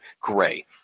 Gray